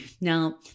Now